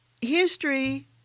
History